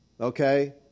okay